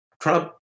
Trump